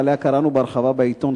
שעליה קראנו בהרחבה בעיתון,